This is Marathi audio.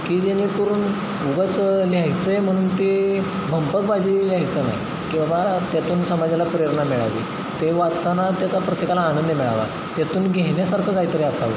की जेणेकरून उगाच लिहायचं आहे म्हणून ते भंपकबाजी लिहायचं नाही किंवा त्यातून समाजाला प्रेरणा मिळावी ते वाचताना त्याचा प्रत्येकाला आनंद मिळावा त्यातून घेण्यासारखं कायतरी असावं